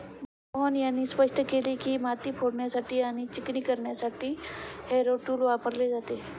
मोहन यांनी स्पष्ट केले की, माती फोडण्यासाठी आणि चिकणी करण्यासाठी हॅरो टूल वापरले जाते